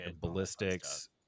ballistics